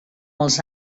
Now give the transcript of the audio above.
els